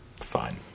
fine